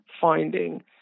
finding